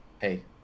Hey